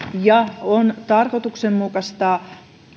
ja on tarkoituksenmukaista